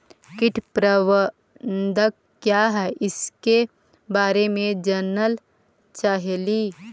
कीट प्रबनदक क्या है ईसके बारे मे जनल चाहेली?